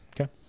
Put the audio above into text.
Okay